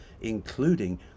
including